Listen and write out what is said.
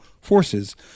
forces